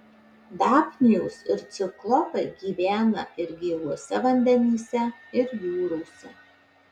dafnijos ir ciklopai gyvena ir gėluose vandenyse ir jūrose